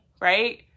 right